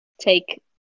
Take